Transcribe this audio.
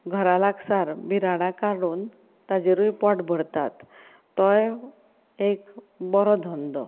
घरा लागसार बिराडां काडून ताजेरूय पोट भरतात तोय एक बरो धंदो